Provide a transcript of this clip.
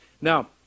Now